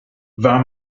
war